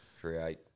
create